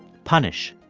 punish.